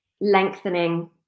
lengthening